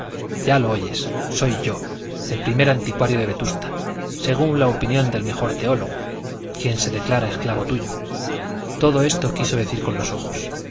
ya lo oyes soy yo el primer anticuario de vetusta según la opinión del mejor teólogo quien se declara esclavo tuyo todo esto quiso decir con los ojos